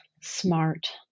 smart